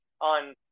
on